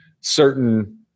certain